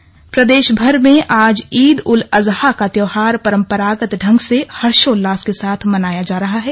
ईद प्रदेश भर में आज ईद उल अज़हपा का त्योहार परम्परागत ढंग से हर्षोल्लास के साथ मनाया जा रहा है